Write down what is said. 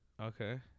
Okay